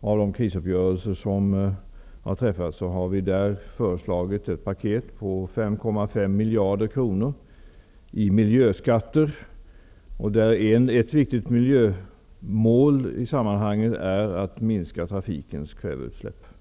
har vi i krisuppgörelserna föreslagit ett paket på 5,5 miljarder kronor i miljöskatter. Ett viktigt miljömål i sammanhanget är att minska kväveutsläppen från trafiken.